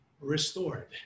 restored